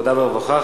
עבודה ורווחה.